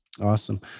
Awesome